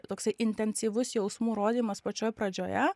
toksai intensyvus jausmų rodymas pačioj pradžioje